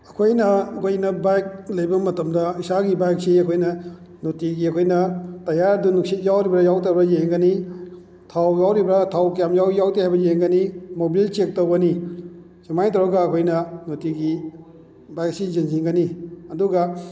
ꯑꯩꯈꯣꯏꯅ ꯑꯩꯈꯣꯏ ꯕꯥꯏꯛ ꯂꯩꯕ ꯃꯇꯝꯗ ꯏꯁꯥꯒꯤ ꯕꯥꯏꯛꯁꯤ ꯑꯩꯈꯣꯏꯅ ꯅꯨꯡꯇꯤꯒꯤ ꯑꯩꯈꯣꯏꯅ ꯇꯩꯌꯥꯔꯗꯨ ꯅꯨꯡꯁꯤꯠ ꯌꯥꯎꯔꯤꯕ꯭ꯔꯥ ꯌꯥꯎꯗꯕ꯭ꯔꯥ ꯌꯦꯡꯒꯅꯤ ꯊꯥꯎ ꯌꯥꯎꯔꯤꯕ꯭ꯔꯥ ꯊꯥꯎ ꯀꯌꯥꯥꯝ ꯌꯥꯎꯏ ꯌꯥꯎꯗꯦ ꯍꯥꯏꯕꯗꯨ ꯌꯦꯡꯒꯅꯤ ꯃꯣꯕꯤꯜ ꯆꯦꯛ ꯇꯧꯒꯅꯤ ꯑꯁꯨꯃꯥꯏꯅ ꯇꯧꯔꯒ ꯑꯩꯈꯣꯏꯅ ꯅꯨꯡꯇꯤꯒꯤ ꯕꯥꯏꯛꯁꯤ ꯌꯦꯡꯁꯤꯟꯒꯅꯤ ꯑꯗꯨꯒ